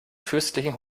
fürstlichen